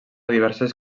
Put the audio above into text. diverses